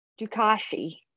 Dukashi